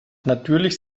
natürlich